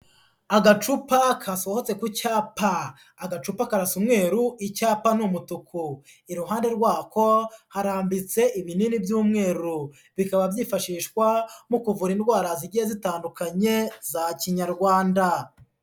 Agacupa kasohotse ku cyapa, agacupa karasa umweru icyapa ni umutuku, iruhande rwako harambitse ibinini by'umweru bikaba byifashishwa mu kuvura indwara zigiye zitandukanye za Kinyarwanda.